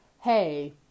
hey